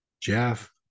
jeff